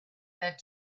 that